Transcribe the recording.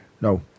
No